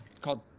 called